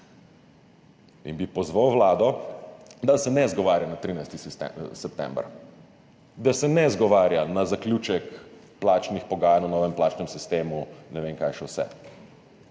Pozval bi vlado, da se ne izgovarja na 13. september, da se ne izgovarja na zaključek plačnih pogajanj o novem plačnem sistemu, ne vem kaj še vse.